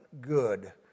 good